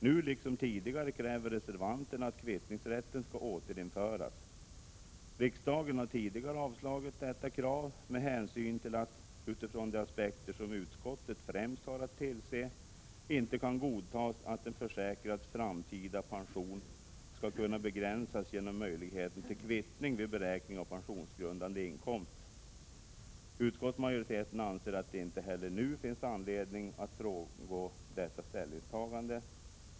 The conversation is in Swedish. Nu liksom tidigare kräver reservanterna att kvittningsrätten skall återinföras. Riksdagen har tidigare avslagit detta krav med hänsyn till att det, utifrån de aspekter utskottet främst har att tillse, inte kan godtas att en försäkrads framtida pension skall kunna begränsas genom möjligheten till kvittning vid beräkning av den pensionsgrundande inkomsten. Utskottsmajoriteten anser att det inte heller nu finns anledning att frångå detta ställningstagande.